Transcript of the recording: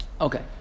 Okay